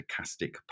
stochastic